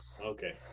Okay